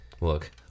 Look